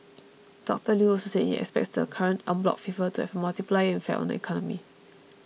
Doctor Lew also said he expects the current en bloc fever to have a multiplier effect on the economy